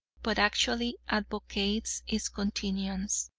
but actually advocates its continuance.